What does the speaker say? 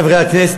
חברי חברי הכנסת,